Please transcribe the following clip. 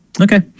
Okay